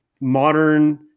modern